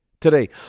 Today